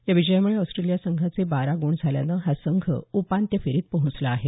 या विजयामुळे ऑस्ट्रेलिया संघाचे बारा गुण झाल्यानं हा संघ उपांत्य फेरीत पोहोचला आहे